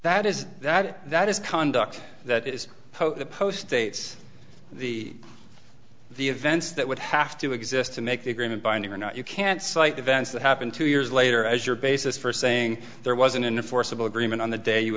that is that that is conduct that is post dates the the events that would have to exist to make the agreement binding or not you can't cite events that happened two years later as your basis for saying there wasn't in a forcible agreement on the day you